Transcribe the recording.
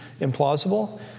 implausible